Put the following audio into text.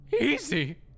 easy